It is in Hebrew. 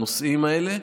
לנושאים האלה,